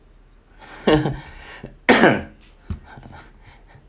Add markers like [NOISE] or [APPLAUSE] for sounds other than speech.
[LAUGHS] [COUGHS]